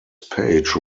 page